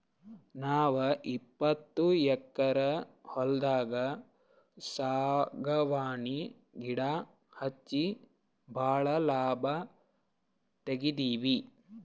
ನಾವ್ ಇಪ್ಪತ್ತು ಎಕ್ಕರ್ ಹೊಲ್ದಾಗ್ ಸಾಗವಾನಿ ಗಿಡಾ ಹಚ್ಚಿ ಭಾಳ್ ಲಾಭ ತೆಗಿತೀವಿ